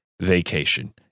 vacation